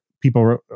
People